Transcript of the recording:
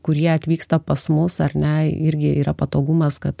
kurie atvyksta pas mus ar ne irgi yra patogumas kad